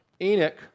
Enoch